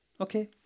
Okay